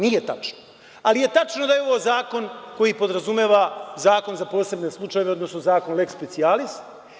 Nije tačno, ali je tačno da je ovo zakon koji podrazumeva zakon za posebne slučajeve, odnosno zakon lek specijalis.